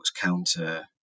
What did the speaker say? counter